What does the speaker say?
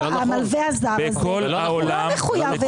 המלווה הזר הזה לא מחויב,